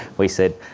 we said,